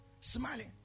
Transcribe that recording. smiling